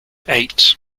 eight